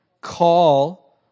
call